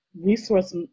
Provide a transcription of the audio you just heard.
resource